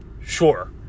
sure